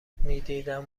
میدیدم